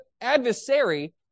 adversary